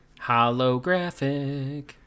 Holographic